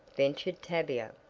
ventured tavia.